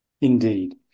Indeed